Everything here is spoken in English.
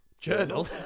journal